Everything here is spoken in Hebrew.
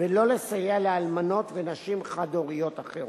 ולא לסייע לאלמנות ולנשים חד-הוריות אחרות.